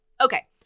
Okay